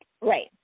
Right